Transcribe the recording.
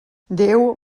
déu